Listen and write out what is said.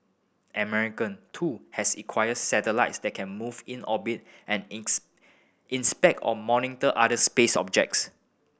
American too has acquired satellites that can move in orbit and ins inspect or monitor other space objects